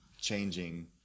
changing